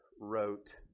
wrote